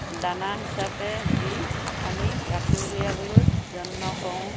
দানা হিচাপে দি আমি গাখীৰ উলিয়াবলৈ যত্ন কৰোঁ